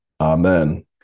Amen